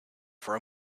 for